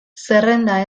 zerrenda